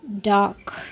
dark